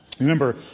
Remember